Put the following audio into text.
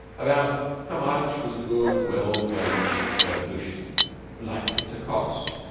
about how much was a good, well-furnished revolution likely to cost?